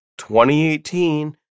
2018